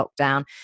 lockdown